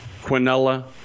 Quinella